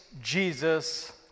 Jesus